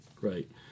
Right